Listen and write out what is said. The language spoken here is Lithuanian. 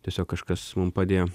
tiesiog kažkas mum padėjo